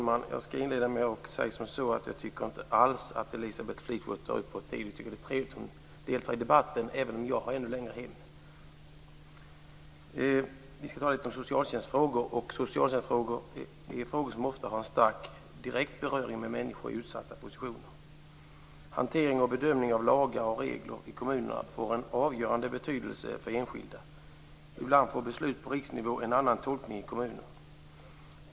Fru talman! Jag tycker inte alls att Elisabeth Fleetwood tar upp vår tid. Det är trevligt att hon deltar i debatten, även om jag har ännu längre hem. Vi skall tala om socialtjänstfrågor. Socialtjänstfrågor är frågor som ofta har en stark direkt beröring med människor i utsatta positioner. Hantering och bedömning av lagar och regler i kommunerna får en avgörande betydelse för enskilda. Ibland får beslut på riksnivå en annan tolkning i kommunerna.